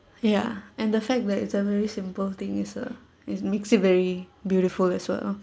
ya and the fact that it's a very simple thing is a it makes it very beautiful as well